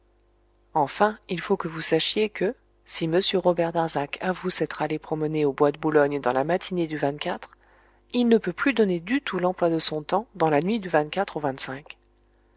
enfin il faut que vous sachiez que si m robert darzac avoue s'être allé promener au bois de boulogne dans la matinée du il ne peut plus donner du tout l'emploi de son temps dans la nuit du au